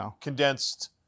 condensed